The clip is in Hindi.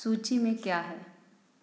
सूची में क्या है